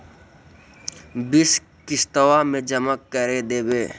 बिस किस्तवा मे जमा कर देवै?